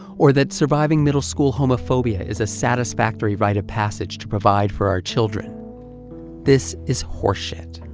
or that surviving middle school homophobia is a satisfactory rite of passage to provide for our children this is horseshit.